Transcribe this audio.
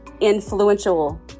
influential